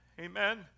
Amen